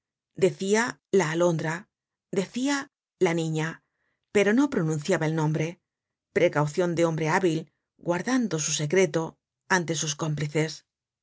decia la alondra decia la niña pero no pronunciaba el nombre precaucion de hombre hábil guardando su secreto ante sus